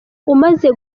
umaze